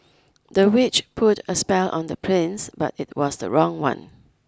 the witch put a spell on the prince but it was the wrong one